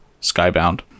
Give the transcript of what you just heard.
Skybound